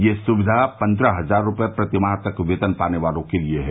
ये सुक्रिया पन्द्रह हजार रुपए प्रतिमाह तक वेतन पाने वालों के लिए है